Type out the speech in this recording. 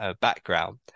background